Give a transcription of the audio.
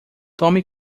tome